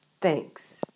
Thanks